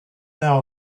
hour